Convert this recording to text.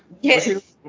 Yes